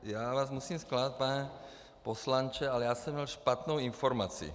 Já vás musím zklamat, pane poslanče, ale já jsem měl špatnou informaci.